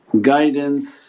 guidance